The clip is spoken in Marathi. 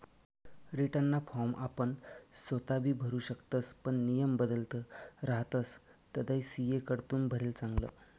रीटर्नना फॉर्म आपण सोताबी भरु शकतस पण नियम बदलत रहातस तधय सी.ए कडथून भरेल चांगलं